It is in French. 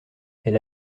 elle